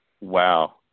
Wow